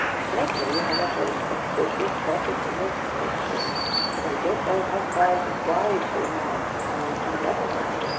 i cannot tell you how much i respect both your purpose and your courage but i don't know how far it is wise for a man to tell any other man,